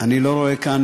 אני לא רואה כאן,